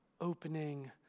opening